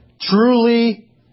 Truly